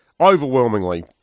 overwhelmingly